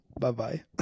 Bye-bye